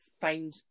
find